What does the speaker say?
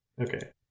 Okay